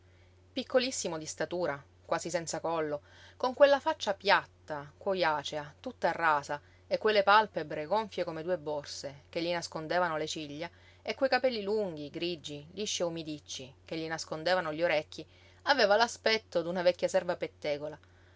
piccolissimo di statura quasi senza collo con quella faccia piatta cuojacea tutta rasa e quelle pàlpebre gonfie come due borse che gli nascondevano le ciglia e quei capelli lunghi grigi lisci e umidicci che gli nascondevano gli orecchi aveva l'aspetto d'una vecchia serva pettegola